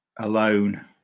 alone